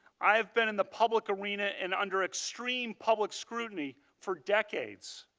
i have been in the public arena and under extreme public scrutiny for decades.